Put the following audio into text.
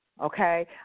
okay